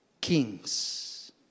kings